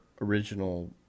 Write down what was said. original